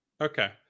Okay